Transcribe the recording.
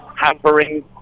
hampering